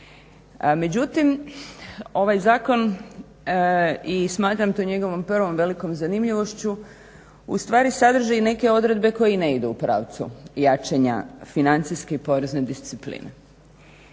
Međutim, ovaj zakon i smatram to njegovom prvom velikom zanimljivošću ustvari i sadrži neke odredbe koji ne idu u pravcu jačanja financijske i porezne discipline.